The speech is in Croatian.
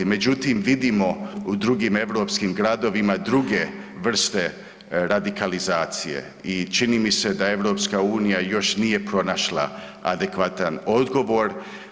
Međutim, vidimo u drugim europskim gradovima druge vrste radikalizacije i čini mi se da EU još nije pronašla adekvatan odgovor.